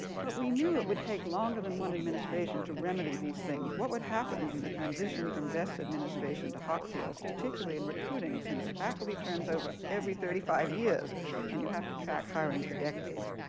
but we knew it would take longer than one administration to remedy these things. what would happen in the transition from vest's administration to hockfield's, particularly in recruiting, since faculty turns over every thirty five years and you have to track hiring for decades.